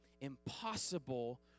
impossible